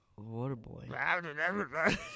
Waterboy